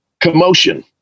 commotion